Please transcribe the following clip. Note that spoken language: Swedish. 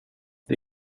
det